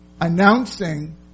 announcing